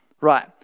Right